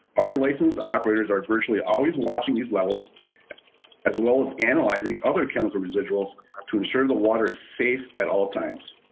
our licensed operators are virtually always watching these levels as well as analyzing other chemical residuals to ensure the water is safe at all times.